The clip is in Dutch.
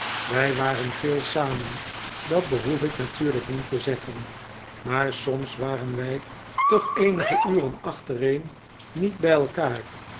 wij waren veel samen dat behoef ik natuurlijk niet te zeggen maar soms waren wij toch eenige uren achtereen niet bij elkaar